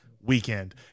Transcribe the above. weekend